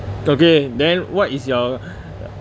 okay then what is your